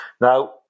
Now